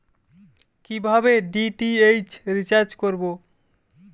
কিভাবে DTH recharge করব?